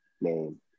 Name